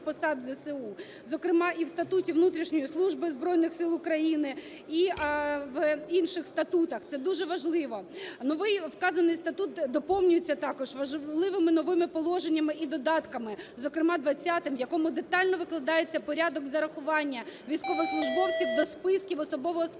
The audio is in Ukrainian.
зокрема і в Статуті внутрішньої служби Збройних Сил України, і в інших статутах. Це дуже важливо. Новий, вказаний статут доповнюється також важливими новими положеннями і додатками, зокрема двадцятим, в якому детально викладається порядок зарахування військовослужбовців до списків особового складу